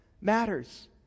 matters